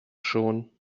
schon